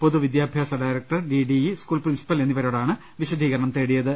പൊതു വിദ്യാഭ്യാസ director DDE school principal എന്നിവരോടാണ് വിശദീകരണം തേടിയത്